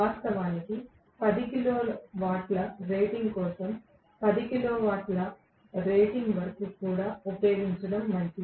వాస్తవానికి 10 కిలోవాట్ల రేటింగ్ కోసం 10 కిలోవాట్ల రేటింగ్ వరకు కూడా ఉపయోగించడం మంచిది